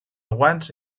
guants